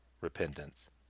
repentance